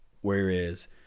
whereas